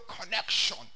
connection